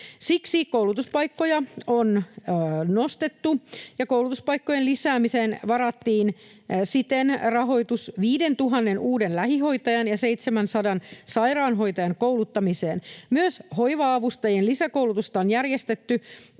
Siksi koulutuspaikkojen määrää on nostettu, ja koulutuspaikkojen lisäämiseen varattiin siten rahoitus 5 000 uuden lähihoitajan ja 700 sairaanhoitajan kouluttamiseen. Myös hoiva-avustajien lisäkoulutusta on järjestetty